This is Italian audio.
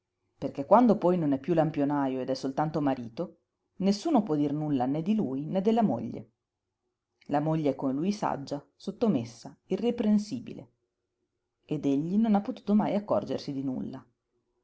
perché quando poi non è piú lampionajo ed è soltanto marito nessuno può dir nulla né di lui né della moglie la moglie è con lui saggia sottomessa irreprensibile ed egli non ha potuto mai accorgersi di nulla